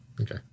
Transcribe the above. Okay